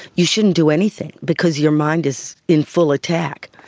you shouldn't do anything because your mind is in full attack.